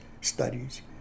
studies